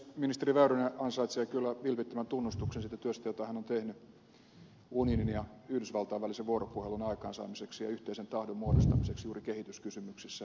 ministeri väyrynen ansaitsee kyllä vilpittömän tunnustuksen siitä työstä jota hän on tehnyt unionin ja yhdysvaltain välisen vuoropuhelun aikaansaamiseksi ja yhteisen tahdon muodostamiseksi juuri kehityskysymyksissä